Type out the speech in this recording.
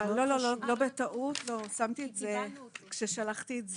המשרד, ובצדק, ביקשו ממני לדבר על מספרים.